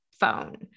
phone